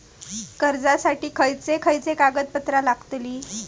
कर्जासाठी खयचे खयचे कागदपत्रा लागतली?